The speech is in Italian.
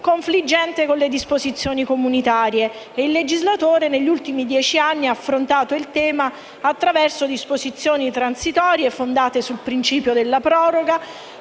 confliggente con le disposizioni comunitarie, ed il legislatore negli ultimi dieci anni ha affrontato il tema attraverso disposizioni transitorie fondate sul principio della proroga,